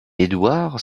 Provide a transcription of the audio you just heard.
édouard